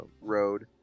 road